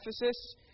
Ephesus